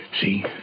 See